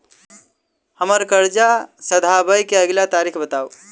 हम्मर कर्जा सधाबई केँ अगिला तारीख बताऊ?